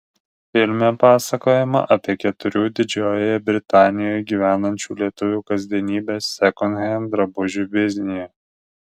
filme pasakojama apie keturių didžiojoje britanijoje gyvenančių lietuvių kasdienybę sekondhend drabužių biznyje